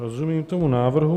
Rozumím tomu návrhu.